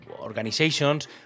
organizations